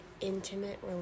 intimate